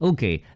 Okay